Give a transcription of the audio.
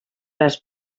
les